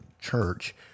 church